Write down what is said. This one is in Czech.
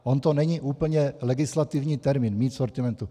On to není úplně legislativní termín, mít v sortimentu.